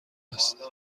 است